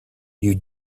you